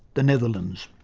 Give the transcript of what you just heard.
the netherlands.